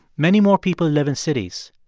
many more people live in cities.